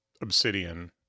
Obsidian